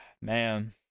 man